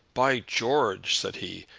by george, said he,